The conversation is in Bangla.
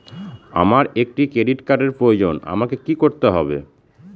আমার একটি ক্রেডিট কার্ডের প্রয়োজন আমাকে কি করতে হবে?